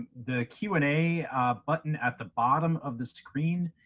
the q and a button at the bottom of the screen,